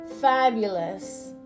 fabulous